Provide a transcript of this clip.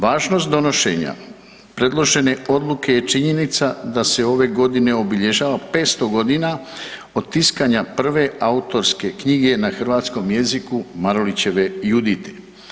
Važnost donošenja predložene odluke je činjenica da se ove godine obilježava 500 g. od tiskanja prve autorske knjige na hrvatskog jeziku Marulićeve „Judite“